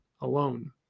alone